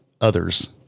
others